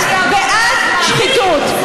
שאת בעד שחיתות,